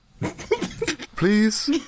Please